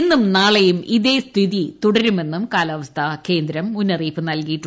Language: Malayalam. ഇന്നും നാളെയും ഇതേ സ്ഥിതി തുടരുമെന്നും കാലാവസ്ഥാകേന്ദ്രം മുന്നറിയിപ്പ് നൽകുന്നു